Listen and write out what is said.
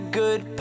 good